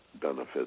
benefits